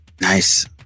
Nice